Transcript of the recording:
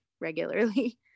regularly